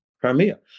Crimea